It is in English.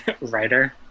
writer